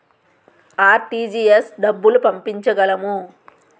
RTGS డబ్బులు పంపించగలము?